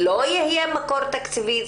לא יהיה מקור תקציבי?